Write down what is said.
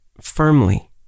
firmly